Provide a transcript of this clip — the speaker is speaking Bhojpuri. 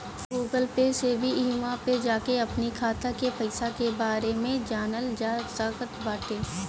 गूगल पे से भी इहवा पे जाके अपनी खाता के पईसा के बारे में जानल जा सकट बाटे